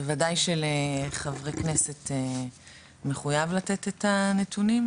בוודאי שלחברי כנסת הוא מחוייב לתת את הנתונים.